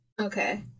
Okay